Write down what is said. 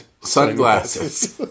sunglasses